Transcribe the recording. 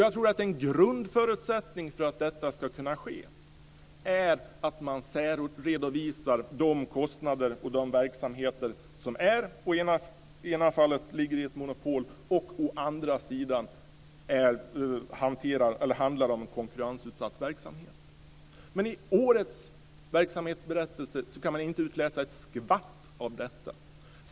Jag tror att en grundförutsättning för att detta ska kunna ske är att man särredovisar de kostnader och de verksamheter som i det ena fallet handlar om ett monopol och i det andra handlar om konkurrensutsatt verksamhet. Men i årets verksamhetsberättelse kan man inte utläsa ett skvatt av detta.